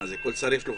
לכל שר יש ועדה?